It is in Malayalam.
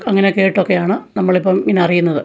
അങ്ങനെ കേട്ടൊക്കെയാണ് നമ്മളിപ്പം ഇങ്ങനെ അറിയുന്നത്